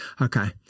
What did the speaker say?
Okay